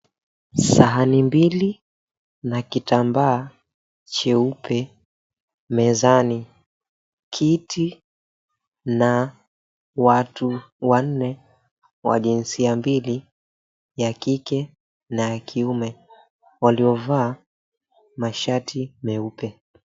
Sahani mbili na kitambaa cheupe mezani. Kiti na watu wanne wa jinsia mbili; ya kike na ya kiume, waliovaa mashati meupe.